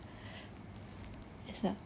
yes ah